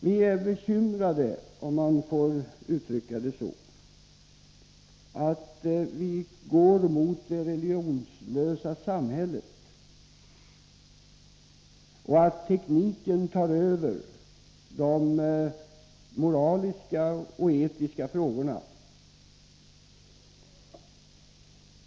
Vi är bekymrade för — om man får uttrycka det så — att vi går mot det religionslösa samhället och att tekniken tar överhand i förhållande till de moraliska och etiska frågorna.